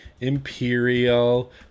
Imperial